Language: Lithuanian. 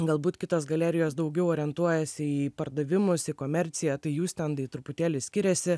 galbūt kitos galerijos daugiau orientuojasi į pardavimus į komerciją tai jų stendai truputėlį skiriasi